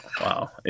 Wow